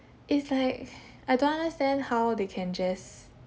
it's like I don't understand how they can just